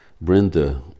Brenda